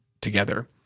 together